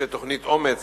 יש תוכנית אומ"ץ,